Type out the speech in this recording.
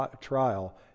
trial